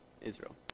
Israel